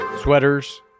Sweaters